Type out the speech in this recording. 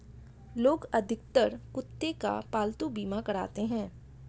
लोग अधिकतर कुत्ते का पालतू बीमा कराते हैं